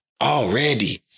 Already